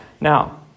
Now